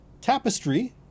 Tapestry